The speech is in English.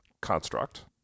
construct